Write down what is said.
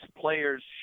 players